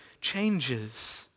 changes